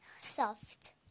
soft